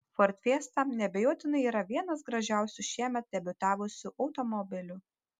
ford fiesta neabejotinai yra vienas gražiausių šiemet debiutavusių automobilių